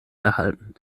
erhalten